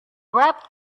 wrapped